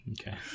Okay